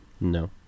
No